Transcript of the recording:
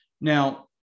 Now